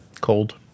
Cold